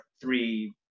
three